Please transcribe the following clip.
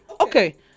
okay